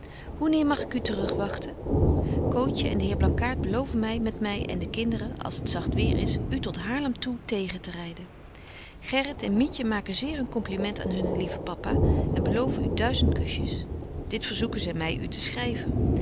schryven hoeneer mag ik u te rug wagten cootje en de heer blankaart beloven my met my en de kinderen als het zagt weêr is u tot haarlem toe tegen te ryden gerrit en mietje maken zeer hun compliment aan hunnen lieven papa en beloven u duizend kusjes dit verzoeken zy my u te schryven